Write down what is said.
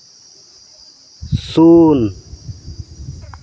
ᱥᱩᱱ